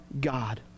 God